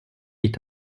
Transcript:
est